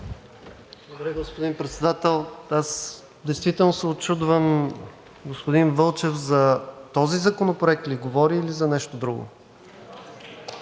Благодаря, господин Председател. Действително се учудвам, господин Вълчев, за този законопроект ли говори, или за нещо друго?